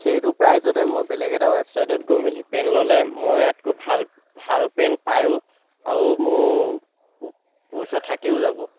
সেইটো প্ৰাইচতে মই বেলেগ এটা ৱেবছাইটত গৈ মেলি পেণ্ট ল'লে মই ইয়াতকৈ ভাল ভাল পেণ্ট পায়ো আৰু মোৰ পইচা থাকিও যাব